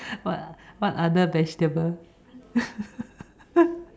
what other vegetables